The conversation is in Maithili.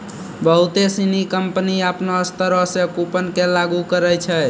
बहुते सिनी कंपनी अपनो स्तरो से कूपन के लागू करै छै